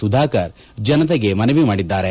ಸುಧಾಕರ್ ಜನತೆಗೆ ಮನವಿ ಮಾಡಿದ್ದಾರೆ